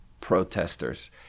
protesters